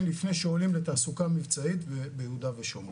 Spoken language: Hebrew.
לפני שעולים לתעסוקה מבצעית ביהודה ושומרון.